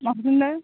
मा बुंदों